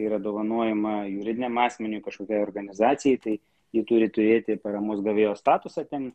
yra dovanojama juridiniam asmeniui kažkokiai organizacijai tai ji turi turėti paramos gavėjo statusą